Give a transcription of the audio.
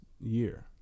year